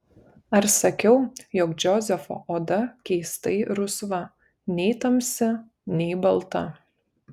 ar sakiau jog džozefo oda keistai rusva nei tamsi nei balta